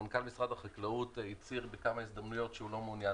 מנכ"ל משרד החקלאות הצהיר בכמה הזדמנויות שהוא לא מעוניין בהסכם.